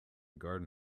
garden